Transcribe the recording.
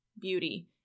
beauty